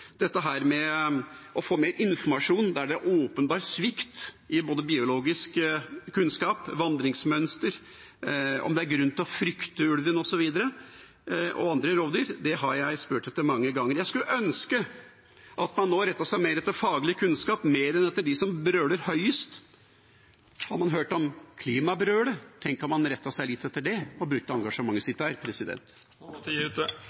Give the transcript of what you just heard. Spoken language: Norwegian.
mer informasjon der det er en åpenbar svikt i både biologisk kunnskap, vandringsmønster, om det er grunn til å frykte ulven og andre rovdyr, osv. Det har jeg spurt etter mange ganger. Jeg skulle ønske at man nå rettet seg mer etter faglig kunnskap enn etter dem som brøler høyest. Har man hørt om klimabrølet? Tenk om man rettet seg litt etter det og brukte engasjementet